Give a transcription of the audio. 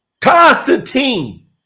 Constantine